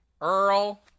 Earl